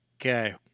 Okay